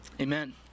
Amen